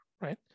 right